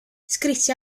scrisse